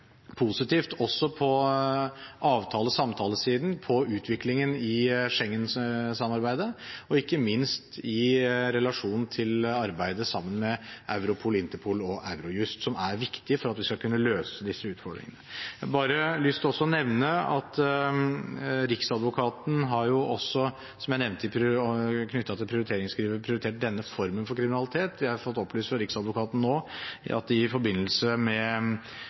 positivt også på avtale- og samtalesiden i utviklingen i Schengen-samarbeidet, ikke minst i relasjon til arbeidet sammen med Europol, Interpol og Eurojust, som er viktig for at vi skal kunne løse disse utfordringene. Jeg har lyst til å nevne at Riksadvokaten – som jeg nevnte knyttet til prioriteringsrundskrivet – har prioritert denne formen for kriminalitet. Jeg har nå fått opplyst fra Riksadvokaten at de i forbindelse med